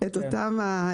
כן.